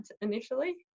initially